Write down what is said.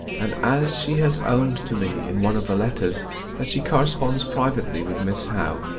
and as she has owned to me in one of her letters that she corresponds privately with miss howe,